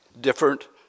different